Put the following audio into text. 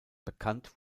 bekannt